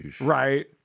Right